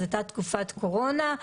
הייתה תקופת קורונה,